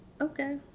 okay